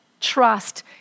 trust